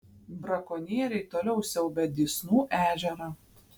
brakonieriai toliau siaubia dysnų ežerą